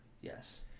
Yes